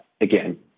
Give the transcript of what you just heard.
Again